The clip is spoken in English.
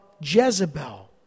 Jezebel